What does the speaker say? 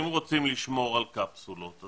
אם רוצים לשמור על קפסולות,